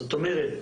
זאת אומרת,